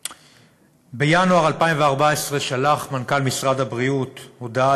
בינואר 2014 שלח מנכ"ל משרד הבריאות הודעה